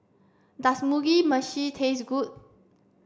does Mugi Meshi taste good